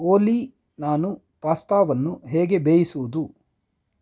ಓಲೀ ನಾನು ಪಾಸ್ತಾವನ್ನು ಹೇಗೆ ಬೇಯಿಸುವುದು